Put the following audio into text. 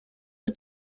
who